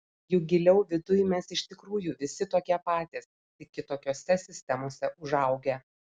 juk giliau viduj mes iš tikrųjų visi tokie patys tik kitokiose sistemose užaugę